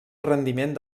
rendiment